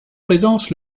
présence